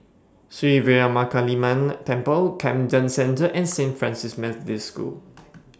Sri Veeramakaliamman Temple Camden Centre and Saint Francis Methodist School